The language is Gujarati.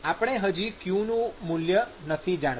આપણે હજી q નું મૂલ્ય નથી જાણતા